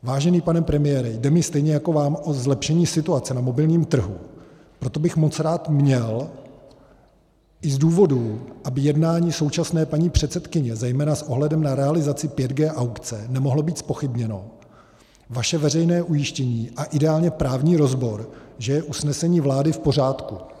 Vážený pane premiére, jde mi stejně jako vám o zlepšení situace na mobilním trhu, proto bych moc rád měl i z důvodu, aby jednání současné paní předsedkyně zejména s ohledem na realizaci 5G aukce nemohlo být zpochybněno, vaše veřejné ujištění, a ideálně právní rozbor, že je usnesení vlády v pořádku.